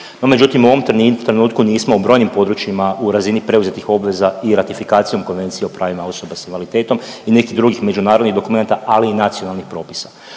međutim, u ovom trenutku nismo u brojnim područjima u razini preuzetih obveza i ratifikacijom Konvencije o pravima osoba s invaliditetom i nekih drugih međunarodnih dokumenata, ali i nacionalnih propisa.